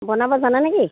বনাব জানা নেকি